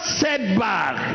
setback